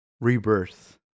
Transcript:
rebirth